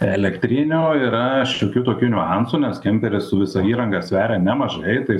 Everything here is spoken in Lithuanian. elektrinių yra šiokių tokių niuansų nes kemperis su visa įranga sveria nemažai tai